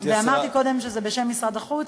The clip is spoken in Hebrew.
אמרתי קודם שזה בשם משרד החוץ.